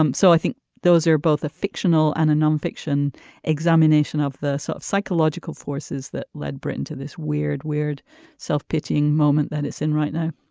um so i think those are both a fictional and a non-fiction examination of the sort of psychological forces that led britain to this weird weird self pitying moment that it's in right now